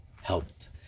helped